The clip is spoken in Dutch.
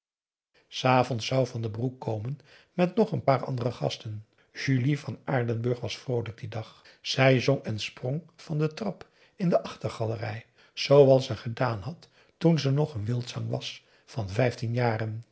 s avonds zou van den broek komen met nog n paar andere gasten julie van aardenburg was vroolijk dien dag zij zong en sprong van de trap in de achtergalerij zooals ze gedaan had toen ze nog n wildzang was van vijftien